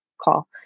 call